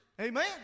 Amen